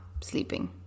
sleeping